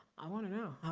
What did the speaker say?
i wanna know,